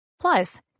Plus